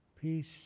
Peace